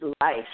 life